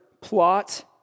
plot